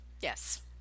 yes